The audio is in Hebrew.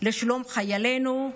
בשלום חיילינו,